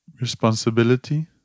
responsibility